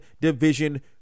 Division